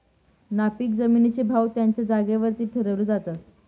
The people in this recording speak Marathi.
नापीक जमिनींचे भाव त्यांच्या जागेवरती ठरवले जातात